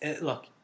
Look